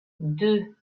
deux